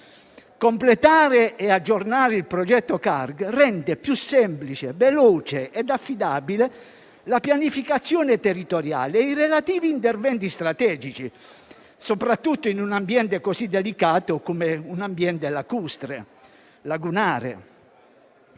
Completare e aggiornare il progetto CARG rende più semplice, veloce ed affidabile la pianificazione territoriale e i relativi interventi strategici, soprattutto in un ambiente così delicato come quello lacustre e lagunare;